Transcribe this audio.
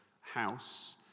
house